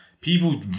People